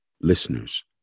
listeners